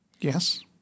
Yes